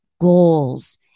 goals